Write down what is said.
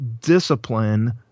discipline